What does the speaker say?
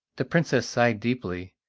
the princess sighed deeply,